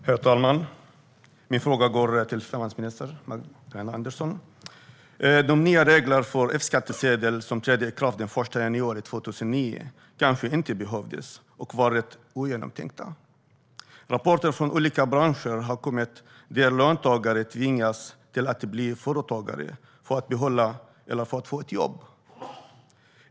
Herr talman! Min fråga går till finansminister Magdalena Andersson. De nya reglerna för F-skattsedel som trädde i kraft den 1 januari 2009 kanske inte behövdes och var rätt ogenomtänkta. Rapporter från olika branscher har kommit om att löntagare tvingas bli företagare för att få behålla eller få ett jobb.